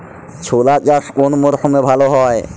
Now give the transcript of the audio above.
ছোলা চাষ কোন মরশুমে ভালো হয়?